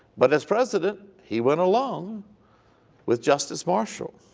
but as president he went along with justice marshall.